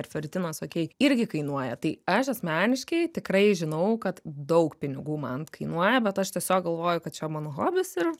feritinas okei irgi kainuoja tai aš asmeniškai tikrai žinau kad daug pinigų man kainuoja bet aš tiesiog galvoju kad čia mano hobis ir